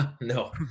No